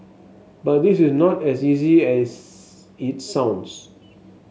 but this is not as easy as it sounds